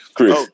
Chris